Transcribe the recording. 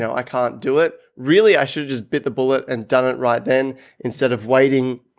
so i can't do it. really, i should just bit the bullet and done it right then instead of waiting,